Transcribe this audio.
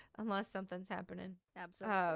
unless something's happening absolutely.